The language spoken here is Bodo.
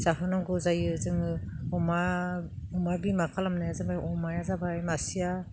जाहोनांगौ जायो जोङो अमा बिमा खालामनाया जाबाय अमाया जाबाय मासेया